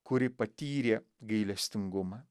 kuri patyrė gailestingumą